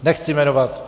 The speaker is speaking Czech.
Nechci jmenovat.